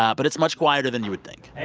but it's much quieter than you would think